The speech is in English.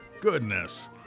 goodness